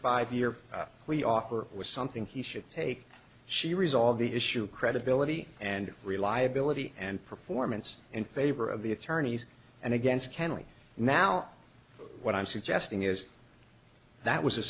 five year plea offer was something he should take she resolve the issue of credibility and reliability and performance in favor of the attorneys and against kennelly now what i'm suggesting is that was a